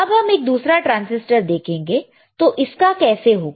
अब हम एक दूसरा ट्रांजिस्टर देखेंगे तो इसका कैसे होगा